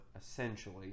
essentially